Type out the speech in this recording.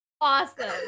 Awesome